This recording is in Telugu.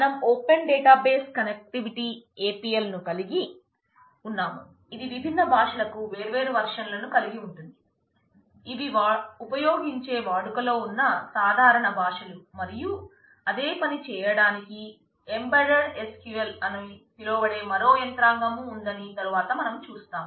మనం ఓపెన్ డేటాబేస్ కనెక్టివిటీ SQL అని పిలవబడే మరో యంత్రాంగం ఉందని తరువాత మనం చూస్తాం